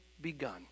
begun